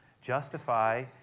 justify